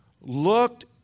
looked